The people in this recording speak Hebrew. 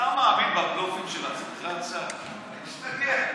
אתה מאמין בבלופים של עצמך, השר?